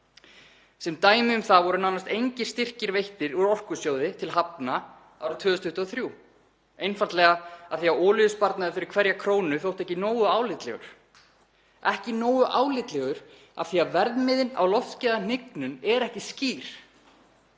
Sem dæmi um það voru nánast engir styrkir veittir úr Orkusjóði til hafna árið 2023, einfaldlega af því að olíusparnaður fyrir hverja krónu þótti ekki nógu álitlegur, ekki nógu álitlegur af því að verðmiðinn á loftgæðahnignun er ekki skýr.